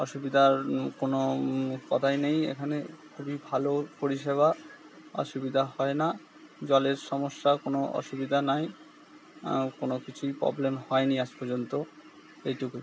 অসুবিধার কোনো কথাই নেই এখানে খুবই ভালো পরিষেবা অসুবিধা হয় না জলের সমস্যাও কোনো অসুবিধা নাই কোনো কিছুই প্রবলেম হয় নি আজ পর্যন্ত এইটুকুই